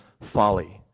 Folly